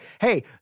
Hey